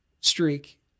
streak